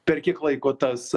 per kiek laiko tas